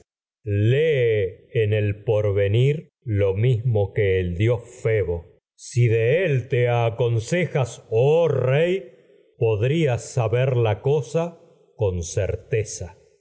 en el porvenir lo mismo que el dios febo si de él te aconsejas edipo oh rey podrías pues no saber la cosa con certeza